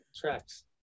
Tracks